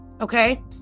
Okay